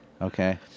Okay